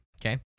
Okay